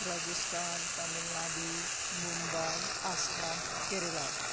Rajasthan Tamil Nadu Mumbai Assam Kerala